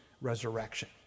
resurrection